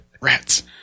Rats